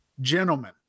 gentlemen